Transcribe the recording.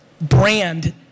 brand